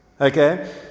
okay